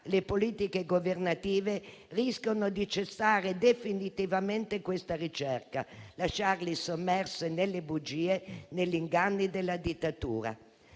le politiche governative rischiano di cessare definitivamente questa ricerca, lasciandoli sommersi nelle bugie e negli inganni della dittatura.